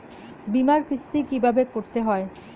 বিমার কিস্তি কিভাবে করতে হয়?